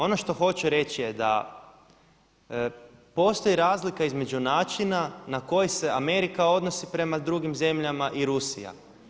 Ono što hoću reći je da postoji razlika između načina na koji se Amerika odnosi prema drugim zemljama i Rusija.